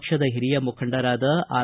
ಪಕ್ಷದ ಹಿರಿಯ ಮುಖಂಡರಾದ ಆರ್